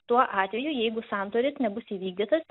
tuo atveju jeigu sandoris nebus įvykdytas